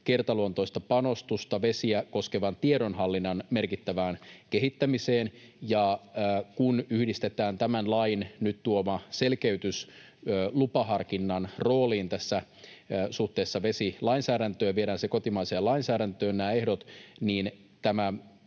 kertaluontoista panostusta vesiä koskevan tiedonhallinnan merkittävään kehittämiseen. Ja kun yhdistetään tämän lain nyt tuoma selkeytys lupaharkinnan rooliin suhteessa vesilainsäädäntöön, viedään kotimaiseen lainsäädäntöön nämä ehdot,